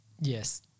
Yes